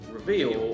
Reveal